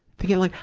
thinking like,